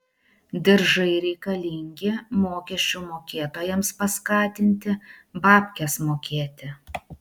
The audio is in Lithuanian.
diržai reikalingi mokesčių mokėtojams paskatinti babkes mokėti